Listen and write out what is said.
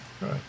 right